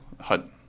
hut